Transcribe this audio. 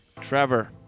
Trevor